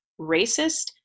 racist